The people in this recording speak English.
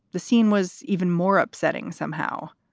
the scene was even more upsetting somehow.